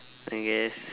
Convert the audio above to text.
I guess